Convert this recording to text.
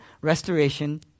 restoration